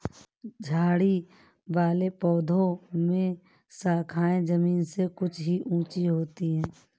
झाड़ी वाले पौधों में शाखाएँ जमीन से कुछ ही ऊँची होती है